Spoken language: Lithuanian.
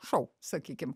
šou sakykim